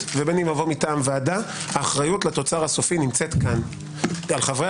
ובין מוועדה האחריות לתוצר הסופי נמצאת כאן על חברי